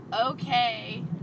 okay